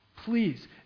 Please